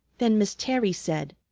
then miss terry said,